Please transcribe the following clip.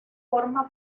forma